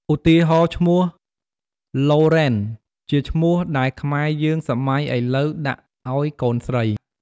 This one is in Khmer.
ឧទាហរណ៍ឈ្មោះឡូរេន (Lauren) ជាឈ្មោះដែលខ្មែរយើងសម័យឥលូវដាក់អោយកូនស្រី។